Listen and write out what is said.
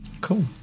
Cool